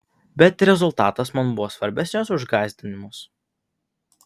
bet rezultatas man buvo svarbesnis už gąsdinimus